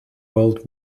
world